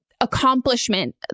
accomplishment